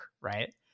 right